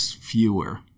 fewer